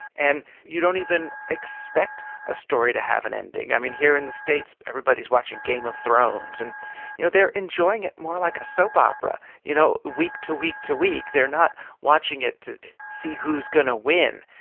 and you don't even expect a story to have an ending. here in the states everybody is watching game of thrones, and you know they are enjoying it more like a soap opera, you know, week to week to week. they are not watching it to see who's going to win.